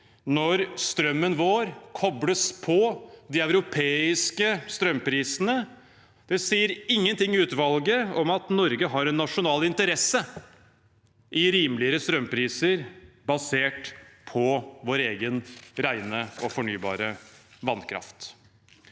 når strømmen vår kobles på de europeiske strømprisene. Utvalget sier ingenting om at Norge har en nasjonal interesse i rimelige strømpriser basert på vår egen rene og fornybare vannkraft.